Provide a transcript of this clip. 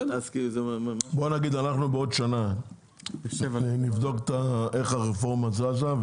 בוא נגיד אנחנו בעוד שנה נבדוק איך הרפורמה זזה,